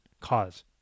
cause